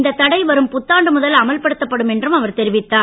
இந்தத் தடை வரும் புத்தாண்டு முதல் அமல்படுத்தப்படும் என்றும் அவர் தெரிவித்தார்